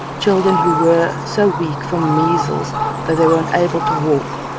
children who were so weak from measles that they weren't able to walk,